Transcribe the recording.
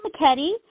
McKetty